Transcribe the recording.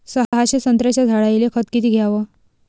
सहाशे संत्र्याच्या झाडायले खत किती घ्याव?